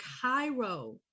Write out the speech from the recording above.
Cairo